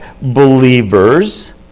believers